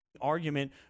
argument